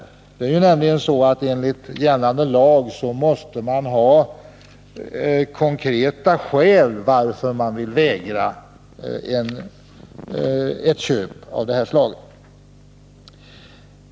Det är nämligen så, att man enligt gällande lag måste ha konkreta skäl till att man vill vägra ett köp av det här slaget.